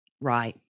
Right